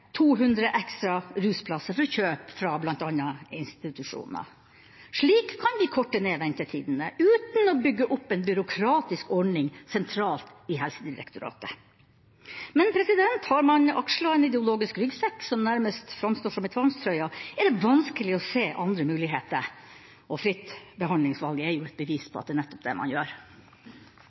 200 ekstra rusplasser, til kjøp fra bl.a. institusjoner. Slik kan vi korte ned ventetidene, uten å bygge opp en byråkratisk ordning sentralt i Helsedirektoratet. Men har man akslet en ideologisk ryggsekk som nærmest framstår som en tvangstrøye, er det vanskelig å se andre muligheter. Fritt behandlingsvalg er et bevis på at det er nettopp det man gjør.